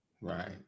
Right